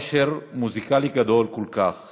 עושר מוזיקלי גדול כל כך